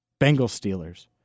Bengals-Steelers